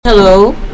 Hello